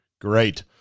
Great